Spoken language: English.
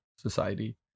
society